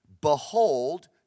Behold